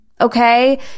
okay